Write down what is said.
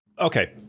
Okay